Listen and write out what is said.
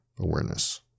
awareness